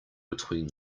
between